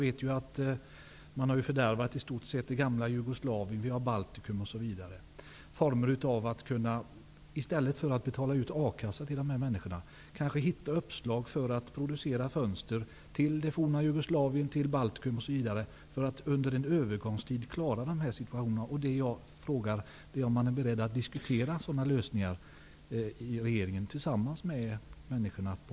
Exempelvis har ju i stort sett det gamla Jugoslavien fördärvats. Vidare gäller det förhållandena i Baltikum t.ex. I stället för att betala ut A-kasseersättning till de här människorna i Uddevalla kunde det kanske gå att hitta uppslag när det gäller export av fönster till det forna Jugoslavien, Baltikum osv. för att under en övergångstid klara den uppkomna situationen. Jag undrar om regeringen är beredd att diskutera sådana lösningar tillsammans med människorna på